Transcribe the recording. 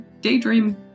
daydream